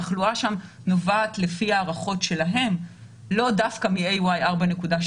בתחלואה שם נובעת לפי הערכות שלהם לאו דווקא מ-AY4.2,